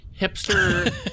hipster